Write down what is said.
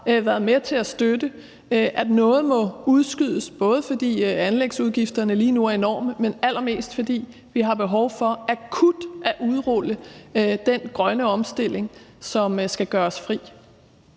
været med til at støtte, må udskydes, både fordi anlægsudgifterne lige nu er enorme, men allermest fordi vi har behov for akut at udrulle den grønne omstilling, som skal gøre os fri.